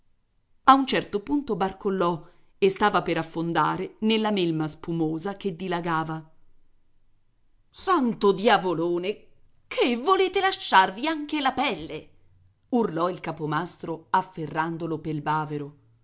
a un certo punto barcollò e stava per affondare nella melma spumosa che dilagava santo diavolone che volete lasciarvi anche la pelle urlò il capomastro afferrandolo pel bavero